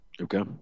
Okay